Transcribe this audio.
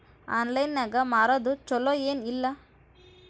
Online ನಾಗ್ ಮಾರೋದು ಛಲೋ ಏನ್ ಇಲ್ಲ?